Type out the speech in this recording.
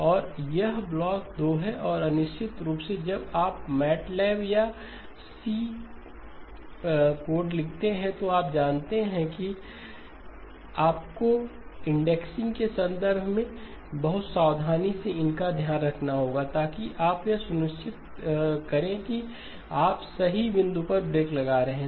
और यह ब्लॉक 2 है और निश्चित रूप से जब आप मैटलैब MATLAB या सी में कोडलिखते हैं तो आप जानते हैं कि आपको इंडेक्सिंग के संदर्भ में बहुत सावधानी से इसका ध्यान रखना होगा ताकि आप यह सुनिश्चित करें कि आप सही बिंदु पर ब्रेक लगा रहे हैं